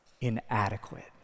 inadequate